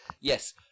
Yes